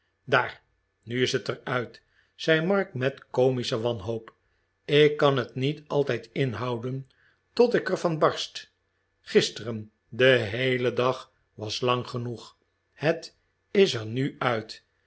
begrepen daarl nuvis het er uit i zei mark met komische wanhoop ik kan het niet altijd inhouden tot ik er van barst gisteren den heelen dag was lang genoeg het is er nu uit